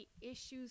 issues